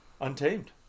Untamed